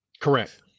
Correct